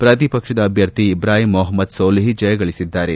ಪ್ರತಿಪಕ್ಷದ ಅಭ್ಯರ್ಥಿ ಇಬ್ರಾಹಿಂ ಮೊಹಮ್ನದ್ ಸೊಲಿಹ್ ಜಯಗಳಿಸಿದ್ದಾರೆ